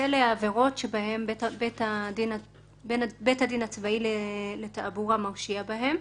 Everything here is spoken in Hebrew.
עבירות שבית הדין הצבאי לתעבורה מרשיע בהן.